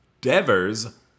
Devers